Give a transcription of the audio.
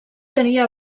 tenia